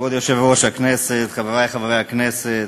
כבוד היושב-ראש, חברי חברי הכנסת,